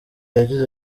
yagize